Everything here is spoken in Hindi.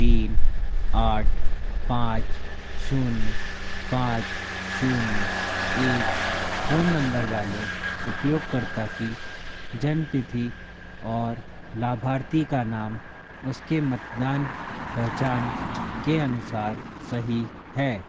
तीन आठ पाँच शून्य पाँच शून्य एक फ़ोन नंबर वाले उपयोगकर्ता की जन्म तिथि और लाभार्थी का नाम उसके मतदान पहचान के अनुसार सही है